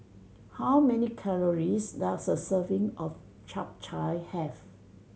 how many calories does a serving of Chap Chai have